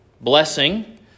blessing